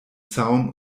zaun